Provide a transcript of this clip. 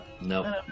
no